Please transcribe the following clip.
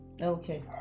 okay